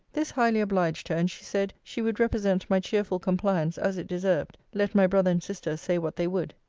this highly obliged her and she said, she would represent my cheerful compliance as it deserved, let my brother and sister say what they would.